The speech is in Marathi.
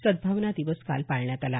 सद्दावना दिवस काल पाळण्यात आला